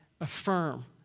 affirm